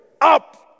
up